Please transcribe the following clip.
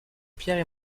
pierre